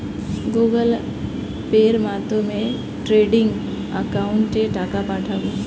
Google পের মাধ্যমে trading একাউন্টে টাকা পাঠাবো?